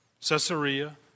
Caesarea